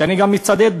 שאני גם מצדד בה,